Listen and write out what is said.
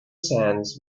sands